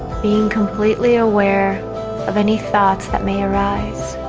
being completely aware of any thoughts that may arise